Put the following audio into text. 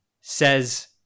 says